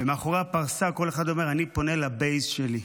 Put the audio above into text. ומאחורי הפרסה כל אחד אומר: אני פונה לבייס שלי.